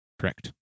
Correct